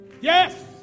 Yes